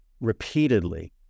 Repeatedly